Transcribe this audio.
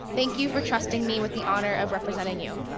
thank you for trusting me with the honor of representing you.